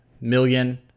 million